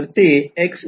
तर ते xx'ला होते